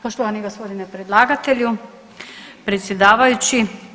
Poštovani gospodine predlagatelju, predsjedavajući.